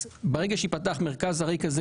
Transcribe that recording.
ברגע שייפתח מרכז כזה,